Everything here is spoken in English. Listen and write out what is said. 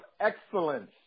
excellence